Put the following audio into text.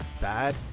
bad